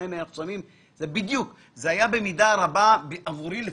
זה היה במידה רבה, עבורי לפחות,